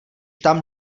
tam